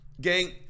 Gang